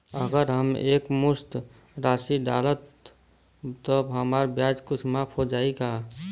अगर हम एक मुस्त राशी डालब त हमार ब्याज कुछ माफ हो जायी का?